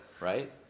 right